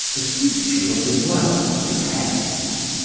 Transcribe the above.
the future of the world depends.